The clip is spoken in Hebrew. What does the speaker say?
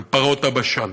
על פרות הבשן,